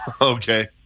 Okay